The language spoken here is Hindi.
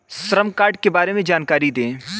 श्रम कार्ड के बारे में जानकारी दें?